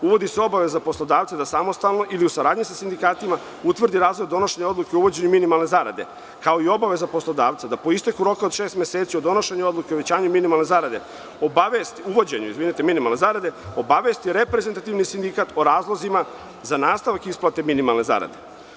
Uvodi se obaveza poslodavca da samostalno ili u saradnji sa sindikatima utvrdi razlog donošenja odluke o uvođenju minimalne zarade, kao i obaveza poslodavca da po isteku roka od šest meseci od donošenja odluke o uvođenju minimalne zarade, obavesti reprezentativni sindikat o razlozima za nastavak isplate minimalne zarade.